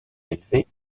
élevé